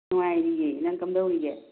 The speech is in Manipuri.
ꯅꯨꯡꯉꯥꯏꯔꯤꯑꯦ ꯅꯪ ꯀꯝꯗꯧꯔꯤꯒꯦ